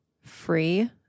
free